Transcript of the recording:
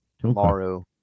tomorrow